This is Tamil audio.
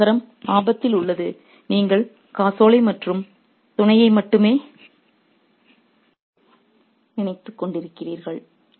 இங்கே நகரம் ஆபத்தில் உள்ளது நீங்கள் காசோலை மற்றும் துணையை மட்டுமே நினைத்துக்கொண்டிருக்கிறீர்கள்